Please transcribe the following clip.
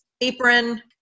apron